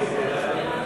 מימוש תווי קנייה),